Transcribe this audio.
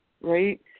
right